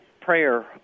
prayer